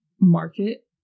market